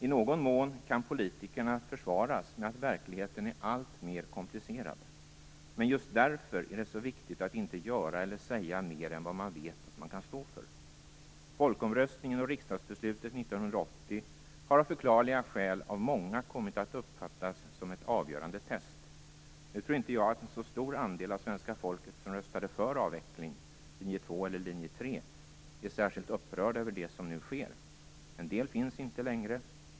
I någon mån kan politikerna försvaras med att verkligheten är alltmer komplicerad. Men just därför är det så viktigt att inte göra eller säga mer än vad man vet att man kan stå för. Folkomröstningen och riksdagsbeslutet 1980 har av förklarliga skäl av många kommit att uppfattas som ett avgörande test. Nu tror inte jag att en så stor andel av svenska folket som röstade för avveckling - linje 2 eller linje 3 - är särskilt upprörda över det som nu sker. En del finns inte längre.